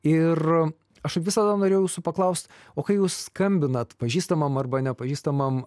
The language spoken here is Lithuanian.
ir aš visada norėjau jūsų paklaust o kai jūs skambinat pažįstamam arba nepažįstamam